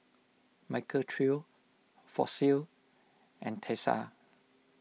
Michael Trio Fossil and Tesla